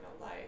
life